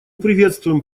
приветствуем